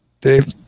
Dave